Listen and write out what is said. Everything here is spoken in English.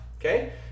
okay